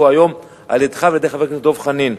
פה היום על-ידך ועל-ידי חבר הכנסת דב חנין.